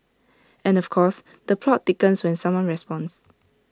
and of course the plot thickens when someone responds